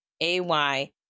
A-Y